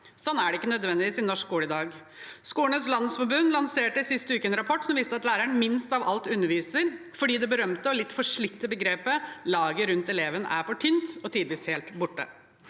Sånn er det ikke nødvendigvis i norsk skole i dag. Skolenes landsforbund lanserte sist uke en rapport som viste at læreren minst av alt underviser, fordi det berømte og litt forslitte begrepet «laget rundt eleven» er for tynt og tidvis helt borte.